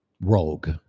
rogue